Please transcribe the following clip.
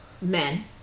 men